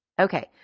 Okay